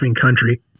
country